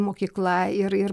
mokykla ir ir